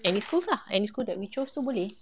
any school lah any school that we choose tu boleh